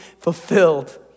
fulfilled